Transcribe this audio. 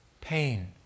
pain